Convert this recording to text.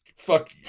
fuck